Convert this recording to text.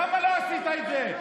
למה לא עשית את זה?